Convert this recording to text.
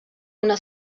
una